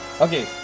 Okay